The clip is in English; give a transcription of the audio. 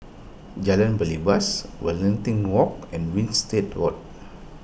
Jalan Belibas Waringin Walk and Winstedt Road